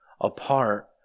apart